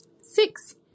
Six